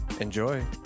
Enjoy